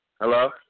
Hello